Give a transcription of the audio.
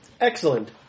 excellent